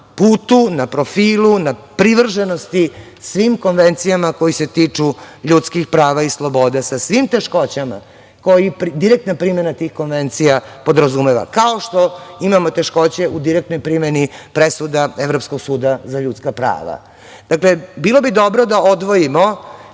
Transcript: na putu, profilu, na privrženosti svim konvencijama koje se tiču ljudskih prava i sloboda, sa svim teškoćama koje direktna primena tih konvencija podrazumeva, kao što imamo teškoće u direktnoj primeni presuda Evropskog suda za ljudska prava. Dakle, bilo bi dobro da odvojimo